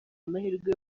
amahirwe